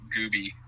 Gooby